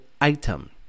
item